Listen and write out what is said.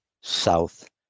south